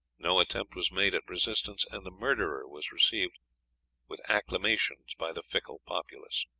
no attempt was made at resistance, and the murderer was received with acclamations by the fickle populace.